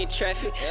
traffic